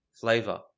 flavor